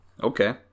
Okay